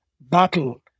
battle